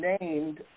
named